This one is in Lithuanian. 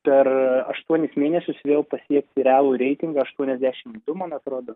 per aštuonis mėnesius vėl pasiekti realų reitingą aštuoniasdešimt du man atrodo